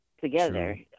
together